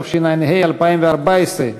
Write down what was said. התשע"ה 2014,